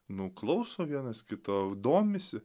nu klauso vienas kito domisi